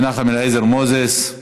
מנחם אליעזר מוזס.